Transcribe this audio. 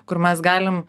kur mes galim